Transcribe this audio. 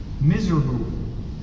miserable